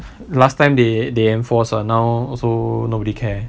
last time they they enforced ah now also nobody care